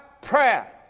prayer